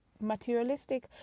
materialistic